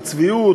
שמַצביעוּת,